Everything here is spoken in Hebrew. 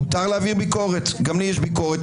מותר להעביר ביקורת, גם לי יש ביקורת.